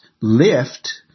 lift